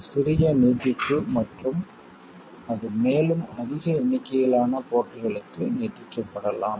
ஒரு சிறிய நீட்டிப்பு மற்றும் அது மேலும் அதிக எண்ணிக்கையிலான போர்ட்களுக்கு நீட்டிக்கப்படலாம்